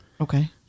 Okay